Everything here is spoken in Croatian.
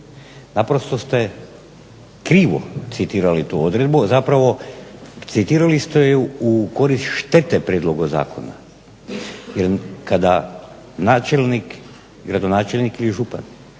Naprosto ste krivo citirali tu odredbu, a zapravo citirali ste je u korist štete prijedlogu zakona jer kada načelnik, gradonačelnik ili župan